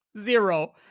Zero